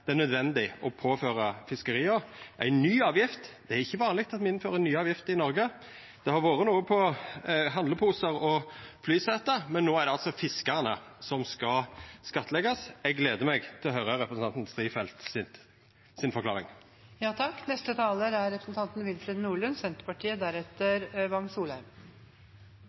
det er nødvendig å påføra fiskeria ei ny avgift. Det er ikkje vanleg at me innfører nye avgifter i Noreg. Det har vore noko på handleposar og flysete, men no er det altså fiskarane som skal skattleggjast. Eg gleder meg til å høyra forklaringa til representanten